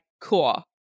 cool